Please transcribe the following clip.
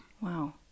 Wow